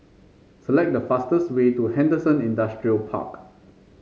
select the fastest way to Henderson Industrial Park